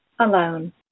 alone